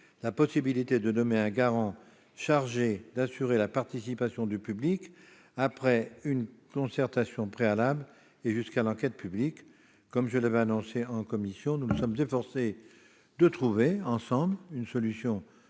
la possibilité de nommer un garant chargé d'assurer la participation du public lors de la phase postérieure à la concertation préalable, jusqu'à l'ouverture de l'enquête publique. Comme je l'avais annoncé en commission, nous nous sommes efforcés de trouver, ensemble, une solution